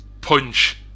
Punch